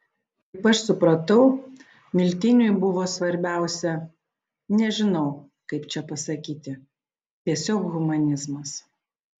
kaip aš supratau miltiniui buvo svarbiausia nežinau kaip čia pasakyti tiesiog humanizmas